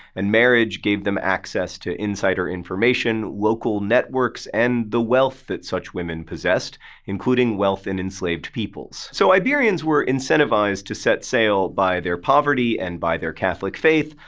and marriage gave them access to insider information, local networks, and the wealth that such women possessed including wealth in enslaved peoples. so, iberians were incentivized to set sail by their poverty and by their catholic faith,